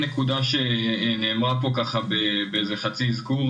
יש עוד נקודה שנאמרה פה ככה באיזה חצי אזכור,